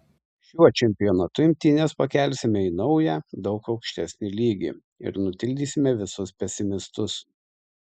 šiuo čempionatu imtynes pakelsime į naują daug aukštesnį lygį ir nutildysime visus pesimistus